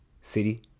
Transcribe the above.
City